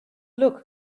look